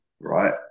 right